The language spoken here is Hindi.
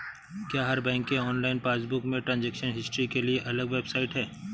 क्या हर बैंक के ऑनलाइन पासबुक में ट्रांजेक्शन हिस्ट्री के लिए अलग वेबसाइट है?